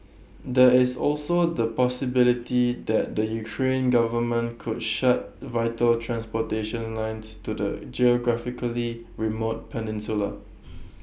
there is also the possibility that the Ukrainian government could shut vital transportation lines to the geographically remote peninsula